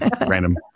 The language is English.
random